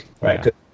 right